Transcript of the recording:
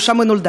או היא נולדה.